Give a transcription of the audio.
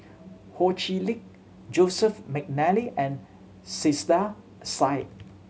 Ho Chee Lick Joseph McNally and Saiedah Said